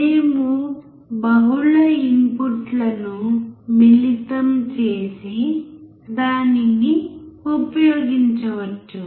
మేము బహుళ ఇన్పుట్లను మిళితం చేసి దానిని ఉపయోగించవచ్చు